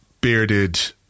bearded